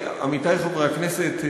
עמיתי חברי הכנסת,